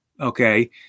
okay